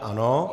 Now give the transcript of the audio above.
Ano.